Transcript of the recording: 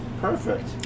Perfect